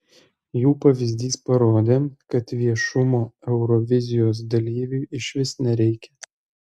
jų pavyzdys parodė kad viešumo eurovizijos dalyviui išvis nereikia